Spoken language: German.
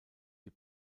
die